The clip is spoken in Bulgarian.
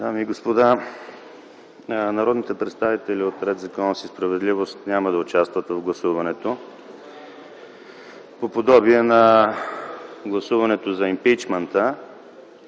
Дами и господа, народните представители от „Ред, законност и справедливост” няма да участват в гласуването - по подобие на гласуването за импийчмънта,